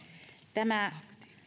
tämä